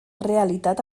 realitat